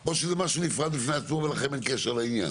או שזה משהו נפרד בפני עצמו ולכם אין קשר לעניין?